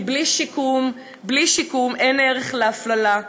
כי בלי שיקום איך ערך להפללה,